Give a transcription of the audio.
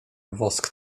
wosk